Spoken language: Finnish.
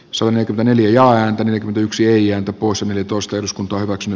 suomen yli ja yksi eija taposen eli toista eduskunta hyväksyi